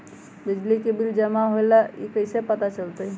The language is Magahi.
बिजली के बिल जमा होईल ई कैसे पता चलतै?